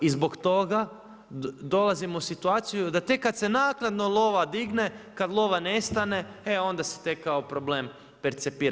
I zbog toga dolazimo u situaciju da tek kad se naknadno lova digne, kad lova nestane, e onda se tek kao problem percepira.